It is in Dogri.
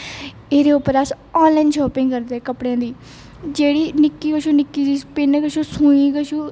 एहदे उप्पर अस आनॅलाइन शापिंग करदे है कपडे़ दी जेहड़ी निक्की कशा निक्की पिन कशा सूई कशा